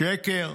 שקר.